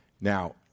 Now